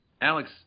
Alex